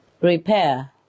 repair